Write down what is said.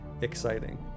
exciting